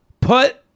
put